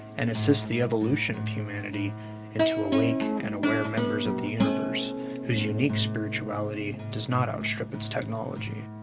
and assist the evolution of humanity into awake and aware members of the universe whose unique spirituality does not outstrip its technology.